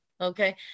okay